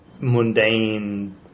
mundane